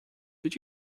did